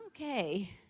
okay